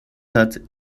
hat